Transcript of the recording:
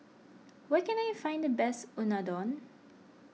where can I find the best Unadon